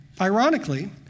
ironically